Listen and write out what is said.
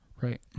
right